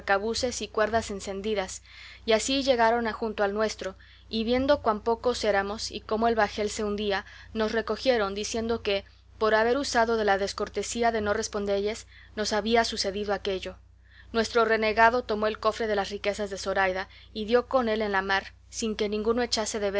sus arcabuces y cuerdas encendidas y así llegaron junto al nuestro y viendo cuán pocos éramos y cómo el bajel se hundía nos recogieron diciendo que por haber usado de la descortesía de no respondelles nos había sucedido aquello nuestro renegado tomó el cofre de las riquezas de zoraida y dio con él en la mar sin que ninguno echase